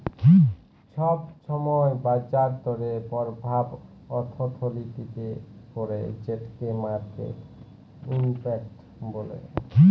ছব ছময় বাজার দরের পরভাব অথ্থলিতিতে পড়ে যেটকে মার্কেট ইম্প্যাক্ট ব্যলে